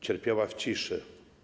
Cierpiała w ciszy.